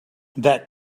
that